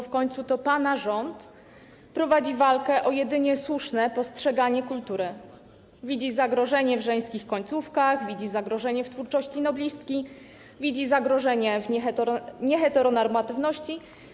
W końcu to pana rząd prowadzi walkę o jedynie słuszne postrzeganie kultury, widzi zagrożenie w żeńskich końcówkach, widzi zagrożenie w twórczości noblistki, widzi zagrożenie w nieheteronormatywności.